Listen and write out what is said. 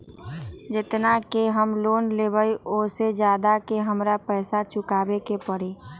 जेतना के हम लोन लेबई ओ से ज्यादा के हमरा पैसा चुकाबे के परी?